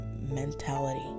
mentality